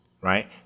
right